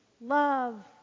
love